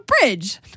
bridge